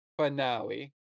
finale